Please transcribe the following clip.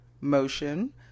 motion